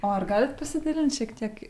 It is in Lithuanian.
o ar galit pasidalint šiek tiek